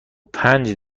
پنج